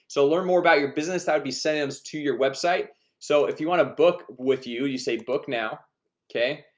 so learn more about your business. that would be sent to your website so if you want to book with you you say book now okay,